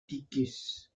atticus